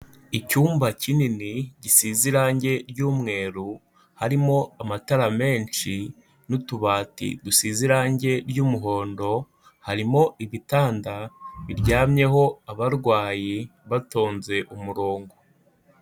Icyumba kinini gisize irangi ry'umweru, harimo amatara menshi n'utubati dusize irangi ry'umuhondo, harimo ibitanda biryamyeho abarwayi batonze umurongo.